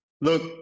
Look